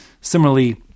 Similarly